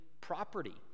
property